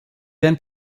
then